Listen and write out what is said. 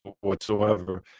whatsoever